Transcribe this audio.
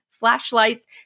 flashlights